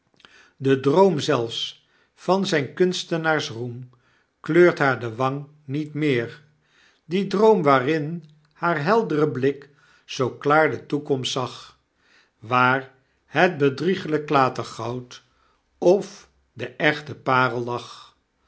de droom zelfs van zyn kunstnaarsroem kleurt haar de wang niet meer die droom waarin haar neldre blik zoo klaar de toekomst zag waar het bedrieglyk klatergoud of de echte parel lag